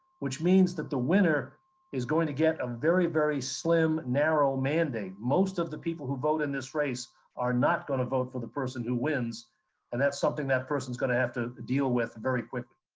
which means that the winner is going to get a very very slim, narrow mandate. most of the people who vote in this race are not gonna vote for the person who wins and that's something that person's gonna have to deal with very quickly.